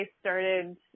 started